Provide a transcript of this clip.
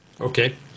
Okay